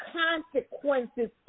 consequences